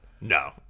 No